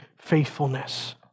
faithfulness